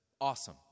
awesome